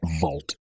vault